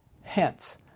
Hence